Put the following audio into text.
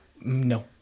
No